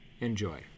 Enjoy